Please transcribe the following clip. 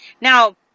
Now